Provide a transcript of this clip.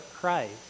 Christ